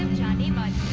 journey munna,